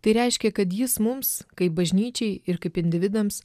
tai reiškė kad jis mums kaip bažnyčiai ir kaip individams